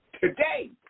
Today